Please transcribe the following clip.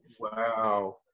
wow